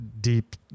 deep